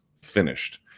finished